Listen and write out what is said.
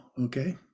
okay